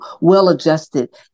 well-adjusted